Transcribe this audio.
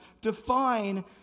define